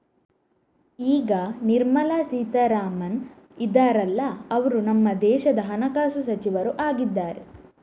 ಈಗ ನಿರ್ಮಲಾ ಸೀತಾರಾಮನ್ ಇದಾರಲ್ಲ ಅವ್ರು ನಮ್ಮ ದೇಶದ ಹಣಕಾಸು ಸಚಿವರು ಆಗಿದ್ದಾರೆ